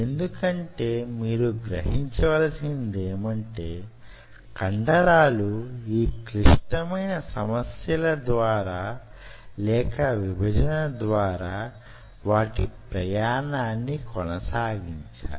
ఎందుకంటే మీరు గ్రహించవలసినదేమంటే కండరాలు యీ క్లిష్టమైన సమస్యల ద్వారా లేక విభజన ద్వారా వాటి ప్రయాణాన్ని కొనసాగించాలి